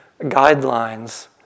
guidelines